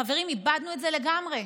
חברים, איבדנו את זה לגמרי.